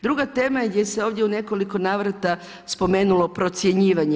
Druga tema je gdje se ovdje u nekoliko navrata spomenulo procjenjivanje.